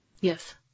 Yes